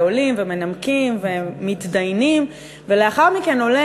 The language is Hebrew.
עולים ומנמקים ומתדיינים ולאחר מכן עולה